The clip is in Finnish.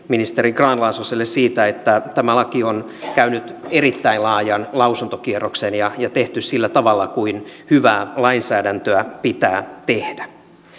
ministeri grahn laasoselle siitä että tämä laki on käynyt erittäin laajan lausuntokierroksen ja ja tehty sillä tavalla kuin hyvää lainsäädäntöä pitää tehdä